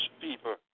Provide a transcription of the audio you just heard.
people